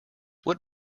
what